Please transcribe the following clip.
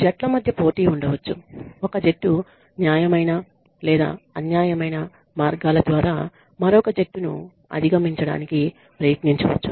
జట్ల మధ్య పోటీ ఉండవచ్చు ఒక జట్టు న్యాయమైన లేదా అన్యాయమైన మార్గాల ద్వారా మరొక జట్టును అధిగమించడానికి ప్రయత్నించవచ్చు